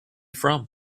from